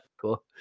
cool